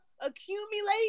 accumulate